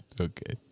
Okay